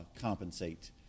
compensate